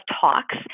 talks